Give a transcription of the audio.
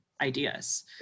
ideas